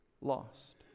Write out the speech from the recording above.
Lost